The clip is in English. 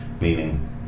meaning